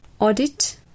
audit